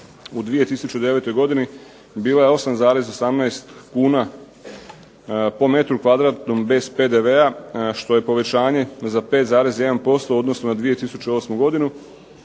u 2009. godini bila je 8,18 kuna po m2 bez PDV-a što je povećanje za 5,1% u odnosu na 2008. godinu.